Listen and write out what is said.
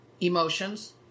emotions